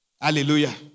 Hallelujah